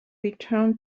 return